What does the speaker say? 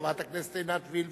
חברת הכנסת עינת וילף.